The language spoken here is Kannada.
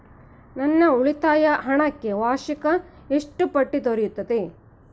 ನನ್ನ ಉಳಿತಾಯ ಹಣಕ್ಕೆ ವಾರ್ಷಿಕ ಎಷ್ಟು ಬಡ್ಡಿ ದೊರೆಯುತ್ತದೆ?